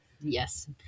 Yes